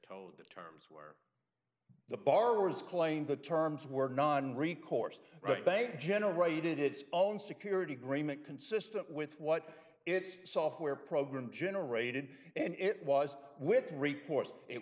told the terms were the borrowers claimed the terms were non recourse bank generated its own security agreement consistent with what its software program generated and it was with reports it